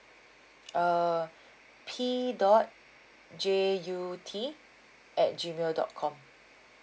uh P dot J U T at gmail dot com